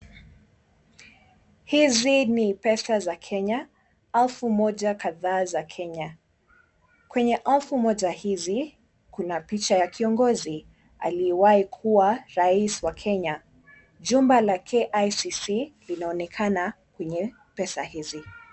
Hizi ni pesa za Kenya, elfu moja kadhaa za Kenya. Kwenye elfu moja hizi kuna picha ya kiongozi aliyewai kuwa aliyekuwa rais wa Kenya. Jumba la KICC linaonekana kwenye pesa hizi.